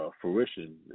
fruition